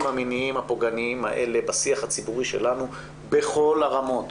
המיניים הפוגעניים האלה בשיח הציבורי שלנו בכל הרמות,